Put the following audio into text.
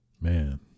man